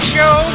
Show